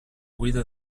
guida